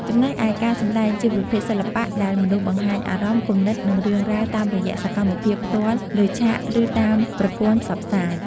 ចំណែកឯ ការសម្តែង ជាប្រភេទសិល្បៈដែលមនុស្សបង្ហាញអារម្មណ៍ គំនិត និងរឿងរ៉ាវតាមរយៈសកម្មភាពផ្ទាល់លើឆាក ឬតាមប្រព័ន្ធផ្សព្វផ្សាយ។